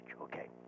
Okay